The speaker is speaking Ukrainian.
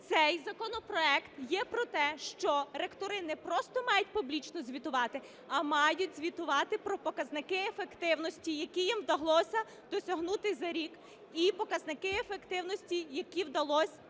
Цей законопроект є про те, що ректори не просто мають публічно звітувати, а мають звітувати про показники ефективності, які їм вдалося досягнути за рік, і показники ефективності, які вдалось